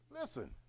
listen